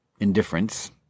indifference